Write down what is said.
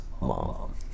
mom